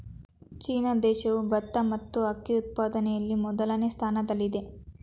China ದೇಶವು ಭತ್ತ ಮತ್ತು ಅಕ್ಕಿ ಉತ್ಪಾದನೆಯಲ್ಲಿ ಮೊದಲನೇ ಸ್ಥಾನದಲ್ಲಿದೆ